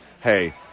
hey